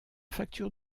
facture